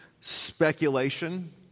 speculation